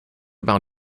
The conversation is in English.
about